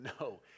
no